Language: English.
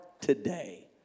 today